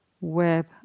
web